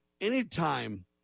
anytime